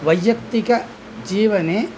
वैयक्तिक जीवने